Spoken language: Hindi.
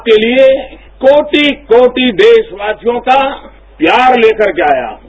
आपके लिए कोटि कोटि देशवासियों का प्यार लेकर के आया हूं